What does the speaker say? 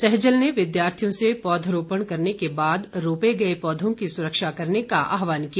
सहजल ने विद्यार्थियों से पौधरोपण करने के बाद रोपे गए पौधों की सुरक्षा करने का आह्वान किया